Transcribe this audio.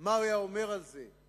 מה הוא היה אומר על זה,